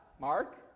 Mark